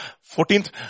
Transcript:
fourteenth